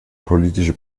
politische